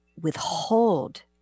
withhold